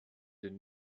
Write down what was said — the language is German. den